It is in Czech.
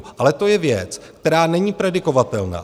Ale to je věc, která není predikovatelná.